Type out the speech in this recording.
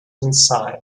inside